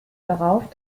darauf